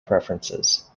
preferences